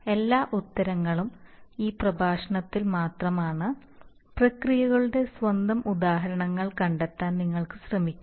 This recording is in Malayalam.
എല്ലാ ഉത്തരങ്ങളും ഈ പ്രഭാഷണത്തിൽ മാത്രമാണ് പ്രക്രിയകളുടെ സ്വന്തം ഉദാഹരണങ്ങൾ കണ്ടെത്താൻ നിങ്ങൾക്ക് ശ്രമിക്കാം